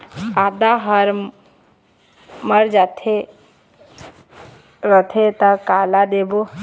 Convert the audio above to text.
आदा हर मर जाथे रथे त काला देबो?